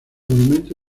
monumento